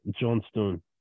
Johnstone